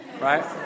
right